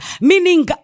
Meaning